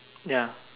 ya